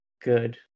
good